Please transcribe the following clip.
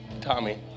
Tommy